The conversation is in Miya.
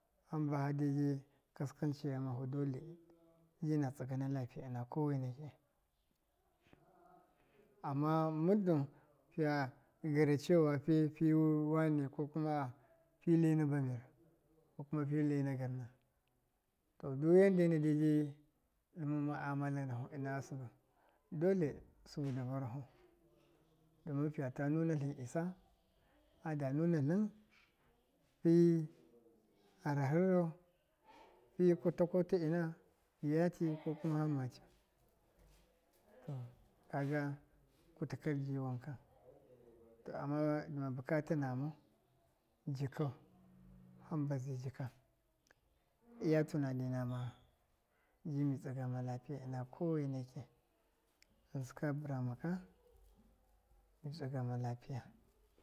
Hamba fadeji kaskance ghamafu dole ji na tsɨga na lapiya ɨna koweneki, ama murdɨn fiya gɨra cewa fi. fi wane kokuma fi lena ba mir ko kuma fi lena garna, to dɨ yandeji ɗɨma ma’amala nafu ɨna sɨbɨ, dole sɨbɨ dɨ varafu, dama fiya ta nu natlɨn isa, fada nunatlɨn fi, fa ratlɨnrau, fi ta ko ta ko ta ina fiya ti, kokuma fama tyu, kaga kutɨ ka ji wanka, to ama dɨma bɨka ta namau, jikau, hamba zai jika, iya tinani mama ji mi tsɨgma lapiya ɨna ko weneki, ghɨnsi ka bɨrama ka mi tsɨgama lapiya.